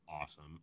awesome